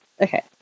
okay